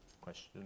Question